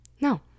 No